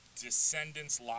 Descendants